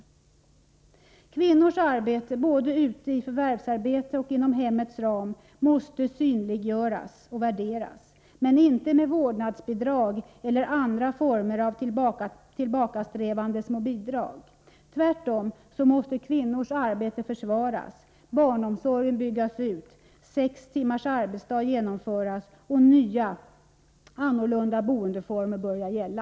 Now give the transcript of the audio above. Kvinnors arbete, både ute i förvärvsarbetet och inom hemmets ram, måste synliggöras och värderas — men inte med vårdnadsbidrag eller andra former av tillbakasträvande små bidrag. Tvärtom måste kvinnors arbete försvaras, barnomsorgen byggas ut, sextimmarsdagen genomföras och nya boendeformer börja gälla.